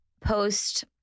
post